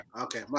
Okay